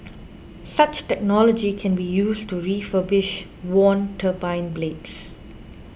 such technology can be used to refurbish worn turbine blades